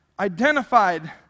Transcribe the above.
identified